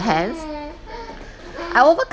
I